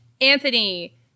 Anthony